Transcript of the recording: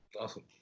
Awesome